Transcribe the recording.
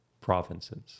Provinces